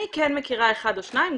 אני כן מכירה אחד או שניים,